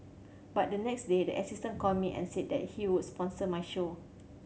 but the next day the assistant called me and said that he would sponsor my show